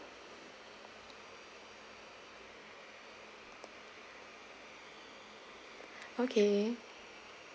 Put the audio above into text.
okay